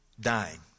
dying